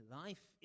life